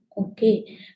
Okay